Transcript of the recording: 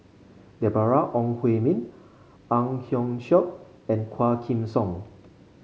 Deborah Ong Hui Min Ang Hiong Chiok and Quah Kim Song